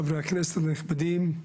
חברי הכנסת הנכבדים.